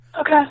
okay